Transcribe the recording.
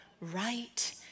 right